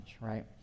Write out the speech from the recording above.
right